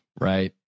right